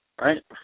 Right